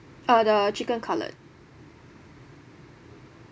uh the chicken cutlet